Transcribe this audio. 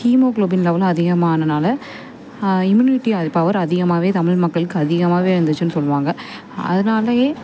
haemoglobin லெவலும் அதிகமாக ஆனனால் இம்யூனிட்டி அது பவர் அதிகமாகவே தமிழ் மக்களுக்கு அதிகமாகவே இருந்துச்சுன்னு சொல்லுவாங்க அதனாலயே